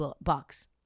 Bucks